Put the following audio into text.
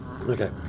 Okay